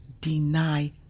deny